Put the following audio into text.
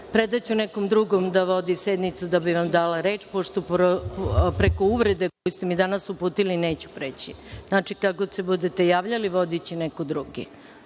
tome. Predaću nekom drugom da vodi sednicu, da bih vam dala reč, pošto preko uvrede koju ste mi danas uputili neću preći. Znači, kad god se budete javljali vodiće neko drugi.